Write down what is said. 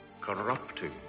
Corrupting